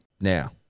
Now